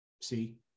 See